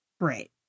great